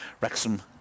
Wrexham